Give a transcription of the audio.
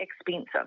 expensive